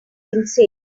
insane